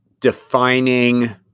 defining